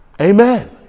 Amen